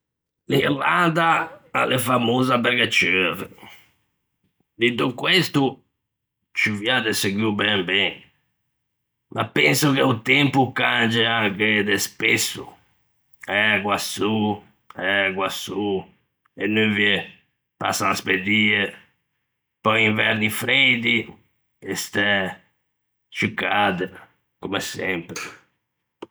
L'Irlanda a l'é famosa perché cueve. Dito questo, ciuvià de seguo ben ben, ma penso che o tempo o cange anche de spesso, ægua, sô, ægua, sô, e nuvie passan spedie, pöi inverni freidi e stæ ciù cade, comme sempre.